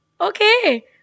okay